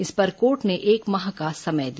इस पर कोर्ट ने एक माह का समय दिया